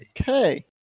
Okay